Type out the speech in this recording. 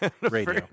radio